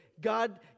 God